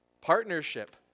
Partnership